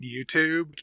youtube